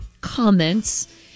comments